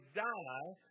die